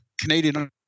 Canadian